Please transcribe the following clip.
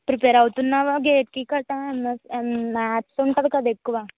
prepare అవుతున్నావా గేట్కీ గట్రా అం మాథ్స్ ఉంటుంది కదా ఎక్కువ